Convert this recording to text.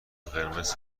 قرمز